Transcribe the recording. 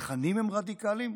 התכנים הם רדיקליים,